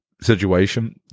situation